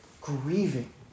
Grieving